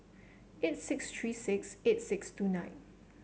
eight six three six eight six two nine